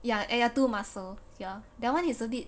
ya eh ya too muscular ya that [one] is a bit